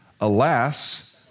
Alas